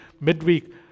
midweek